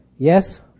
Yes